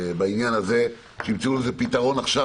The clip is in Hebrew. בעניין למצוא לזה פתרון עכשיו,